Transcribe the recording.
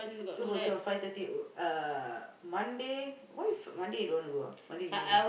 two person five thirty uh Monday why Monday you don't wanna go ah